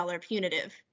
punitive